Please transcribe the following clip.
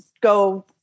go